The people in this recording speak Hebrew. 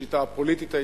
בשיטה הפוליטית הישראלית,